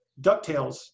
DuckTales